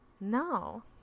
No